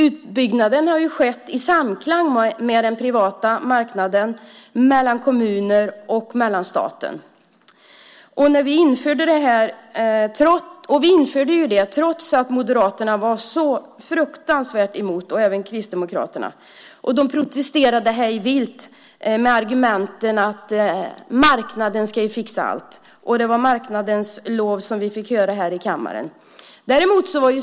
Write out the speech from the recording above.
Utbyggnaden har skett i samklang med den privata marknaden, kommuner och staten. Vi införde detta trots att Moderaterna och Kristdemokraterna var så fruktansvärt emot det. De protesterade vilt med argumentet att marknaden ska fixa allt. Vi fick höra marknadens lov här i kammaren.